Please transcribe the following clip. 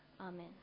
amen